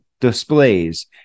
displays